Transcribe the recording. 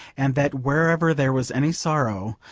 and that wherever there was any sorrow,